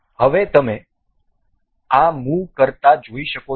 અને હવે તમે આ મુવ કરતા જોઈ શકો છો